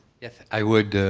yes, i would